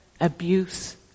abuse